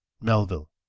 Melville